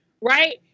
right